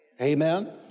amen